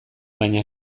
baina